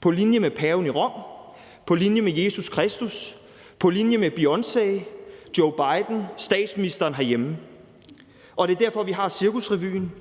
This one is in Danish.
på linje med paven i Rom, på linje med Jesus Kristus, på linje med Beyoncé, på linje med Joe Biden og på linje med statsministeren herhjemme, og at det er derfor, vi har Cirkusrevyen,